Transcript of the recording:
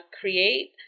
create